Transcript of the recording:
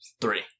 Three